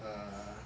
err